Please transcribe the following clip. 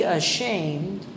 ashamed